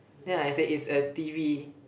then I said it's a T_V